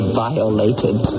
violated